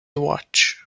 watch